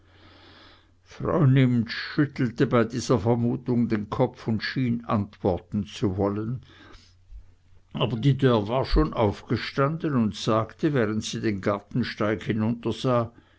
frau nimptsch schüttelte bei dieser vermutung den kopf und schien antworten zu wollen aber die dörr war schon aufgestanden und sagte während sie den gartensteig hinuntersah